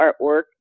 artwork